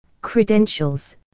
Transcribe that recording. credentials